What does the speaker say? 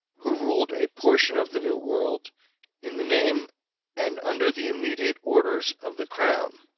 who ruled a portion of the new world in the name and under the immediate orders of the crown